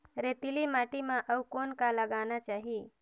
रेतीली माटी म अउ कौन का लगाना चाही?